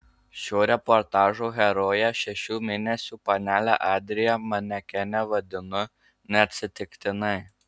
šio reportažo heroję šešių mėnesių panelę adriją manekene vadinu neatsitiktinai